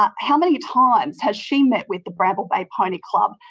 um how many times has she met with the bramble bay pony club?